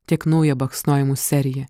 tiek naują baksnojimų seriją